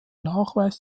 nachweis